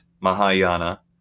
Mahayana